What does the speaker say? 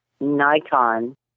Nikon